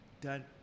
done